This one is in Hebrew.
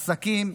עסקים.